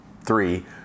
three